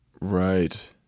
Right